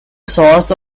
source